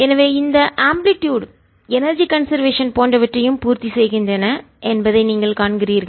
எனவே இந்த ஆம்ப்ளிடுயுட் அலைவீச்சுகள் எனர்ஜி கன்சர்வேஷன் போன்றவற்றையும் பூர்த்திசெய்கின்றன என்பதை நீங்கள் காண்கிறீர்கள்